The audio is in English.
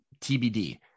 TBD